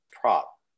prop